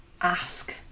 ask